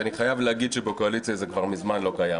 אני חייב להגיד שבקואליציה זה כבר מזמן לא קיים.